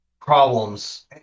problems